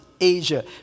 Asia